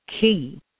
key